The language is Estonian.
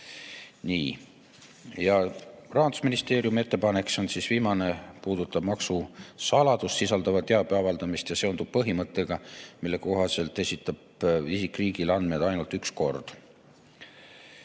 Ning Rahandusministeeriumi ettepanek, see on viimane, puudutab maksusaladust sisaldava teabe avaldamist ja seondub põhimõttega, mille kohaselt esitab isik riigile andmed ainult üks kord.